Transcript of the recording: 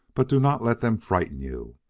but do not let them frighten you.